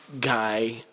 guy